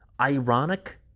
Ironic